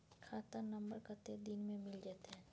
खाता नंबर कत्ते दिन मे मिल जेतै?